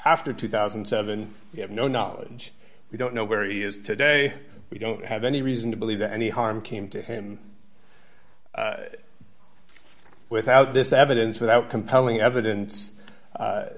after two thousand and seven we have no knowledge we don't know where he is today we don't have any reason to believe that any harm came to him without this evidence without compelling evidence